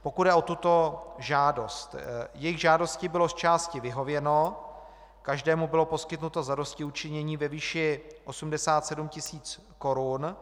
Pokud jde o tuto žádost, jejich žádosti bylo zčásti vyhověno, každému bylo poskytnuto zadostiučinění ve výši 87 tis. Kč.